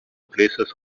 places